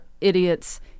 idiots